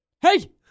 hey